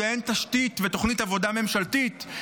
שכשאין תשתית ותוכנית עבודה ממשלתית,